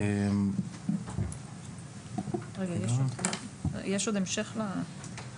האם יש מקום להכניס פה דרישות של הכשרות מסוימות?